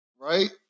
right